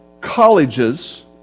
colleges